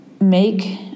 make